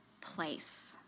place